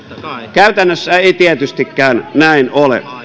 käytännössä ei tietystikään näin ole